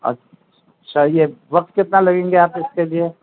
اچھا یہ وقت کتنا لگیں گے آپ اس کے لیے